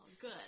Good